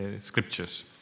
scriptures